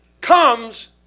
comes